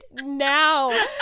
now